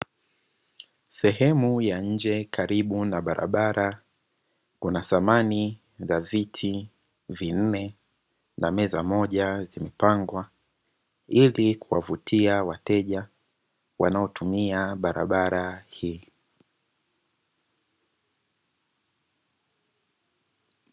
Sehemu ya nje karibu na barabara kuna samani ya viti vinne na meza moja zimepangwa, ilikuwavutia wateja wanoa tumia barabara hiyo.